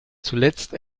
zuletzt